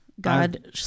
God